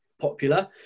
popular